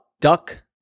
Duck